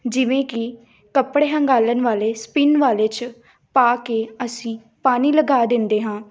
ਜਿਵੇਂ ਕਿ ਕੱਪੜੇ ਹੰਘਾਲਣ ਵਾਲੇ ਸਪਿਨ ਵਾਲੇ 'ਚ ਪਾ ਕੇ ਅਸੀਂ ਪਾਣੀ ਲਗਾ ਦਿੰਦੇ ਹਾਂ